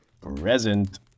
Present